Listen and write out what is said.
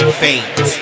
faint